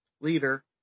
leader